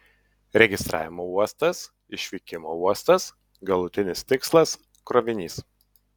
registravimo uostas išvykimo uostas galutinis tikslas krovinys